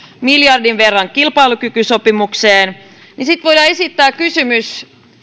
miljardin verran kilpailukykysopimukseen niin sitten voidaan esittää kysymys